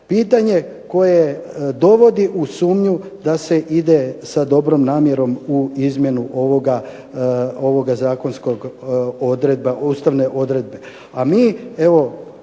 Pitanje koje dovodi u sumnju da se ide sa dobrom namjerom u izmjenu ovoga zakonskog, ustavne odredbe.